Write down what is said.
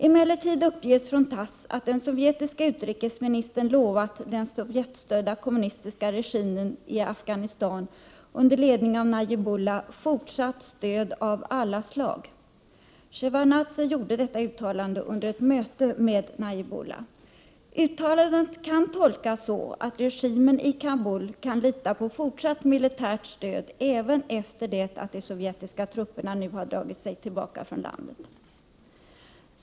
Emellertid uppges från Tass att den sovjetiska utrikesministern lovat den Sovjetstödda kommunistiska regimen i Afghanistan under ledning av Najibullah fortsatt stöd av alla slag. Sjevardnadze gjorde detta uttalande under ett möte med Najibullah. Uttalandet kan tolkas så att regimen i Kabul kan lita på fortsatt militärt stöd även efter det att de sovjetiska trupperna har dragit sig tillbaka från landet.